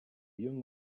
young